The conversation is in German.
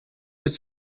bis